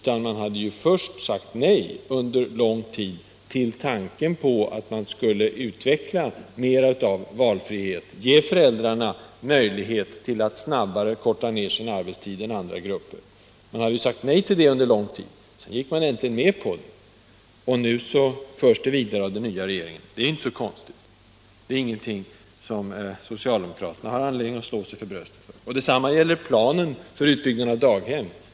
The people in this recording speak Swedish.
Man hade först under lång tid sagt nej till tanken på att utveckla mera av valfrihet och att ge föräldrarna möjlighet att snabbare korta ned sin arbetstid än andra grupper. Sedan gick socialdemokraterna äntligen med på detta, och nu förs det vidare under den nya regeringen. Det är inte så konstigt och inte heller något som socialdemokraterna har anledning att ta åt sig äran av. Detsamma gäller planen för utbyggnad av daghem.